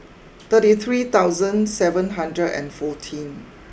thirty three thousand seven hundred and fourteen